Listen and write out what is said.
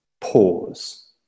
pause